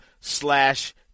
slash